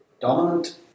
dominant